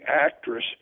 actress